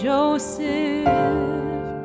Joseph